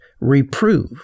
reprove